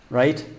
right